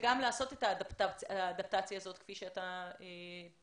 וגם לעשות את האדפטציה הזאת כפי שאתה בצדק